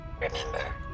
Remember